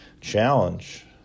challenge